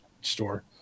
store